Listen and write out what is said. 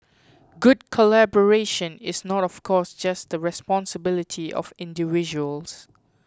good collaboration is not of course just the responsibility of individuals